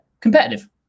competitive